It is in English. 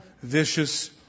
vicious